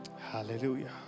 Hallelujah